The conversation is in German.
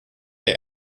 der